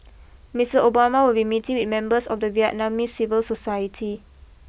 Mister Obama will be meeting with members of the Vietnamese civil society